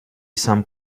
some